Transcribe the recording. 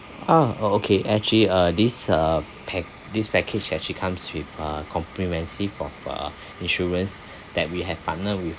ah oh okay actually uh this uh pack~ this package actually comes with uh comprehensive of uh insurance that we have partnered with